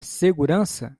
segurança